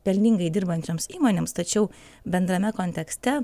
pelningai dirbančioms įmonėms tačiau bendrame kontekste